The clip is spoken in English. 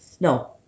No